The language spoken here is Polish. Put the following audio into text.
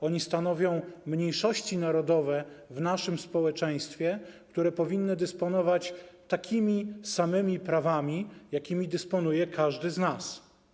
Oni stanowią mniejszości narodowe w naszym społeczeństwie, które powinny dysponować takimi samymi prawami, jakimi dysponuje każdy z nas.